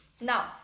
Now